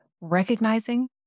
Recognizing